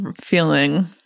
feeling